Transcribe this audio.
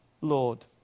Lord